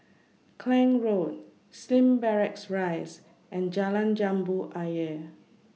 Klang Road Slim Barracks Rise and Jalan Jambu Ayer